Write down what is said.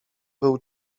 był